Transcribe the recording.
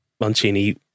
Mancini